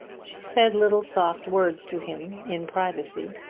she said little soft words to him in privacy.